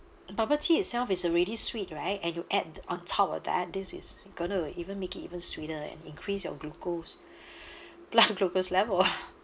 bubble tea itself is already sweet right and you add on top of that this is going to even make it even sweeter and increase your glucose blood glucose level